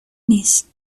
نیست